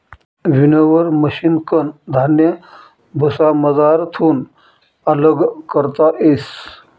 winnower मशिनकन धान्य भुसामझारथून आल्लग करता येस